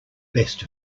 best